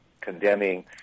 condemning